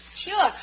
Sure